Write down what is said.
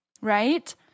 right